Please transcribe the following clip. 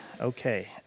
Okay